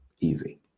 Easy